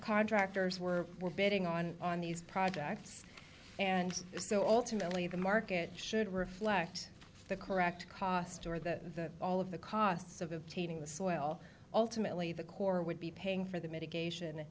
contractors were we're bidding on on these projects and so alternately the market should reflect the correct cost or the all of the costs of obtaining the soil ultimately the core would be paying for the mitigation